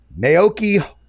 Naoki